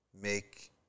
make